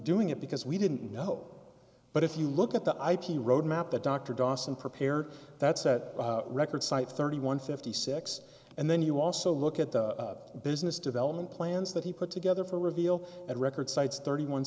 doing it because we didn't know but if you look at the ip roadmap that dr dawson prepared that's a record site thirty one fifty six and then you also look at the business development plans that he put together for reveal at record sites thirty one